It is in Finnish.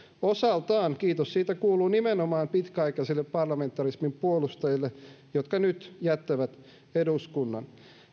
osaltaan kiitos siitä kuuluu nimenomaan niille pitkäaikaisille parlamentarismin puolustajille jotka nyt jättävät eduskunnan